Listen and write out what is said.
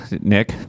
Nick